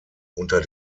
unter